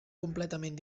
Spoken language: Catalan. completament